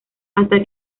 hasta